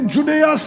Judea